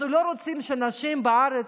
אנחנו לא רוצים שנשים בארץ,